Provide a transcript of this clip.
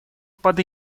под